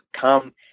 come